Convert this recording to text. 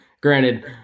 granted